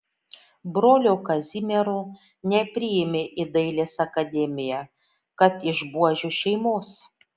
brolio kazimiero nepriėmė į dailės akademiją kad iš buožių šeimos